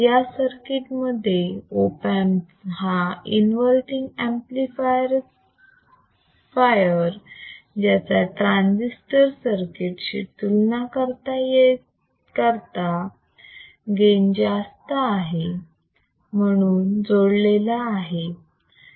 या सर्किट मध्ये op amp हा इन्वर्तींग अंपलिफायर ज्याचा ट्रांजिस्टर सर्किट शी तुलना करता गेन जास्त आहे म्हणून जोडलेला आहे